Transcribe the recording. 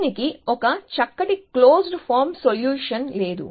దీనికి ఒక చక్కటి క్లోజ్డ్ ఫామ్ సొల్యూషన్ లేదు